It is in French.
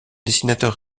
dessinateur